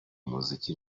umuziki